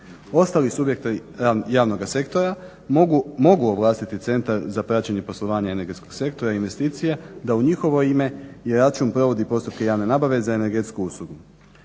Ostali subjekti javnoga sektora mogu ovlastiti Centar za praćenje poslovanja energetskog sektora i investicija da u njihovo ime i račun provodi postupke javne nabave za energetsku uslugu.